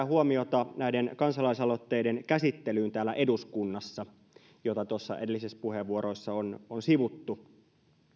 huomiota näiden kansalaisaloitteiden käsittelyyn täällä eduskunnassa mitä noissa edellisissä puheenvuoroissa on on sivuttu